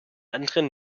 anderen